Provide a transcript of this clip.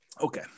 okay